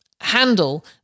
handle